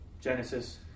Genesis